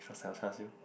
extra side of Char-Siew